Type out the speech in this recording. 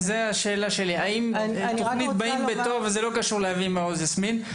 תוכנית "באים בטוב", זה לא קשור לאבי מעוז, יסמין.